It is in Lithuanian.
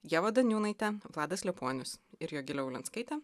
ieva daniūnaitė vladas liepuonius ir jogilė ulianskaitė